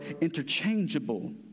interchangeable